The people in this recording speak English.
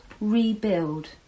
rebuild